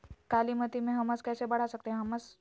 कालीमती में हमस कैसे बढ़ा सकते हैं हमस?